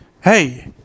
hey